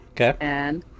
Okay